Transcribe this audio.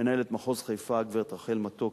ומנהלת מחוז חיפה, הגברת רחל מתוקי.